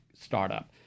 startup